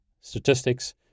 statistics